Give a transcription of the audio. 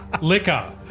liquor